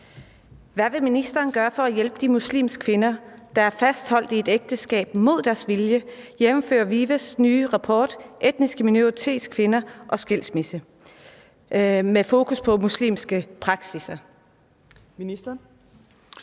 Hvad vil ministeren gøre for at hjælpe de muslimske kvinder, der er fastholdt i et ægteskab mod deres vilje, jf. VIVE's nye rapport »Etniske minoritetskvinder og skilsmisse – med fokus på muslimske praksisser«?